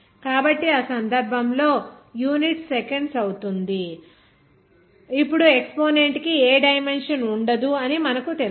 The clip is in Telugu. కాబట్టి ఆ సందర్భంలో యూనిట్ సెకండ్స్ అవుతుంది ఇప్పుడు ఎక్సపోనెంట్ కి ఏ డైమెన్షన్ ఉండదు అని మనకు తెలుసు